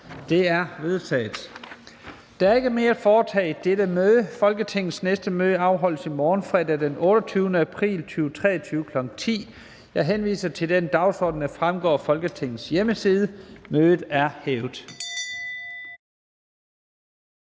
Lahn Jensen): Der er ikke mere at foretage i dette møde. Folketingets næste møde afholdes i morgen, fredag den 28. april 2023, kl. 10.00. Jeg henviser til den dagsorden, der fremgår af Folketingets hjemmeside. Mødet er hævet.